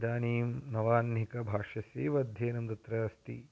इदानीं नवाह्निकभाष्यस्यैव अध्ययनं तत्र अस्ति